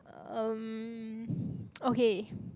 um okay